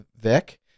Vic